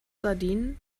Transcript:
sardinen